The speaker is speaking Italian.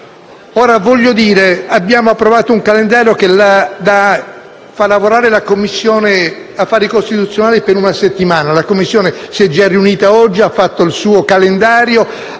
maggioranze diverse. Abbiamo approvato un calendario che fa lavorare la Commissione affari costituzionali per una settimana; la Commissione si è già riunita oggi, ha approvato il suo calendario,